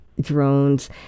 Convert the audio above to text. drones